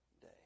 day